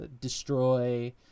destroy